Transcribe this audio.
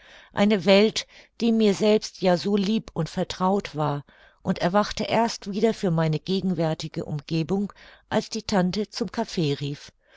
eine welt die mir selbst ja so lieb und vertraut war und erwachte erst wieder für meine gegenwärtige umgebung als die tante zum kaffee rief